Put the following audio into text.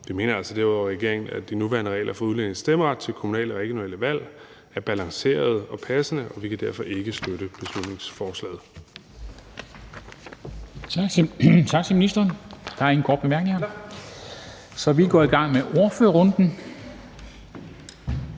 regeringen, at de nuværende regler for udlændinges stemmeret til kommunale og regionale valg er balancerede og passende. Og vi kan derfor ikke støtte beslutningsforslaget. Kl. 20:47 Formanden (Henrik Dam Kristensen): Tak til ministeren. Der er ingen korte bemærkninger, så vi går i gang med ordførerrunden.